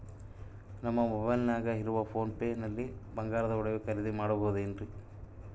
ನಮ್ಮ ಮೊಬೈಲಿನಾಗ ಇರುವ ಪೋನ್ ಪೇ ನಲ್ಲಿ ಬಂಗಾರದ ಒಡವೆ ಖರೇದಿ ಮಾಡಬಹುದೇನ್ರಿ?